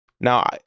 Now